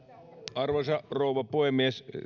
arvoisa rouva puhemies